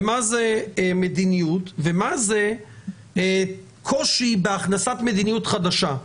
ומה זה מדיניות או קושי בהכנסת מדיניות חדשה.